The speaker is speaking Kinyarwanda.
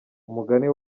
umugani